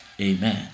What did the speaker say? Amen